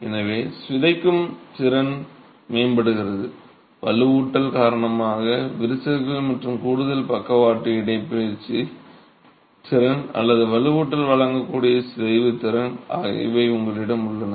எனவே சிதைவு திறன் மேம்படுகிறது வலுவூட்டல் காரணமாக விரிசல்கள் மற்றும் கூடுதல் பக்கவாட்டு இடப்பெயர்ச்சி திறன் அல்லது வலுவூட்டல் வழங்கக்கூடிய சிதைவு திறன் ஆகியவை உங்களிடம் உள்ளன